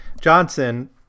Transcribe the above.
Johnson